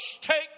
take